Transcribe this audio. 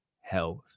health